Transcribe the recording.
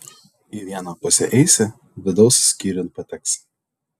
į vieną pusę eisi vidaus skyriun pateksi